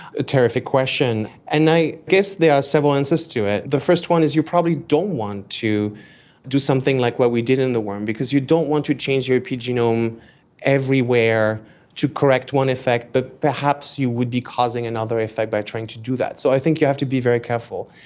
a terrific question, and i guess there are several answers to it. the first one is you probably don't want to do something like what we did in the worm because you don't want to change your epigenome everywhere to correct one effect but perhaps you would be causing another effect by trying to do that. so i think you have to be very careful.